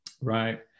right